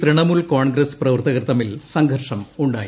തൃണമൂൽ കോൺഗ്രസ്സ് പ്രവർത്തകർ തമ്മിൽ സംഘർഷം ഉണ്ടായി